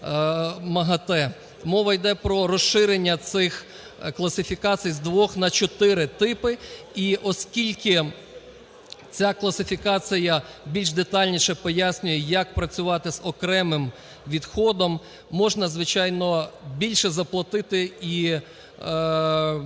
МАГАТЕ. Мова йде про розширення цих класифікацій з двох на чотири типи. І оскільки ця класифікація більш детальніше пояснює, як працювати з окремим відходом, можна, звичайно, більше заплатити і захоронити